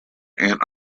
and